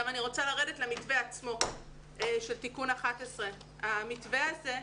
אני רוצה לרדת למתווה עצמו של תיקון 11. המתווה הזה,